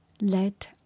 Let